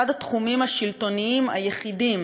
אחד התחומים השלטוניים היחידים